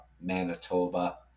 Manitoba